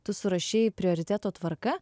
tu surašei prioriteto tvarka